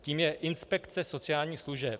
Tím je inspekce sociálních služeb.